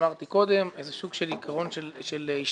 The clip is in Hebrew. שאמרתי קודם, איזה סוג של עיקרון של השתתפות,